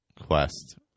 quest